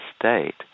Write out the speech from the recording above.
state